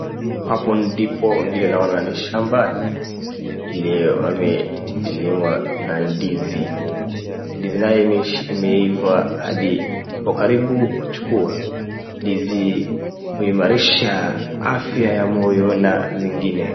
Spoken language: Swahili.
Hapo ndipo vile naona ni shambani iliyolimwa na ndizi, ndizi naye imeiva hadi iko karibu kuchukua, ndizi huimarisha afya ya moyo na zingine.